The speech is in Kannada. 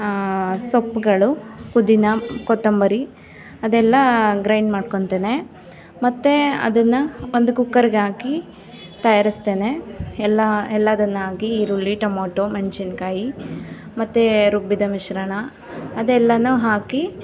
ಸೊಪ್ಪುಗಳು ಪುದಿನ ಕೊತ್ತಂಬರಿ ಅದೆಲ್ಲ ಗ್ರೈಂಡ್ ಮಾಡ್ಕೊಳ್ತೇನೆ ಮತ್ತೆ ಅದನ್ನು ಒಂದು ಕುಕ್ಕರ್ಗೆ ಹಾಕಿ ತಯಾರಿಸ್ತೇನೆ ಎಲ್ಲ ಎಲ್ಲದನ್ನೂ ಹಾಕಿ ಈರುಳ್ಳಿ ಟಮೋಟೊ ಮೆಣಸಿನ್ಕಾಯಿ ಮತ್ತೆ ರುಬ್ಬಿದ ಮಿಶ್ರಣ ಅದೆಲ್ಲವೂ ಹಾಕಿ